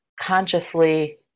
consciously